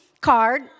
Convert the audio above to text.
card